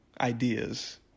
ideas